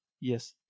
Yes